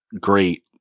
great